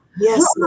Yes